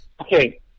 Okay